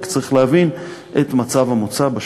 רק צריך להבין את מצב המוצא בשוק.